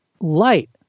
light